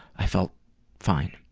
i felt fine.